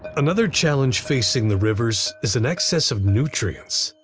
another challenge facing the rivers is an excess of nutrients.